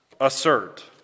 assert